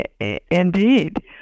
indeed